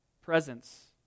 presence